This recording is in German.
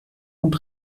und